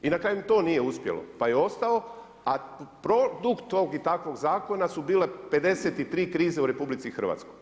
I na kraju im to nije uspjelo pa je ostao, a produkt tog i takvog zakona su bile 53 krize u RH.